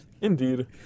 Indeed